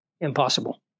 impossible